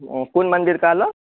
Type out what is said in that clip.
ओ कोन मन्दिर कहलौ